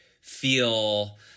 feel